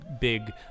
big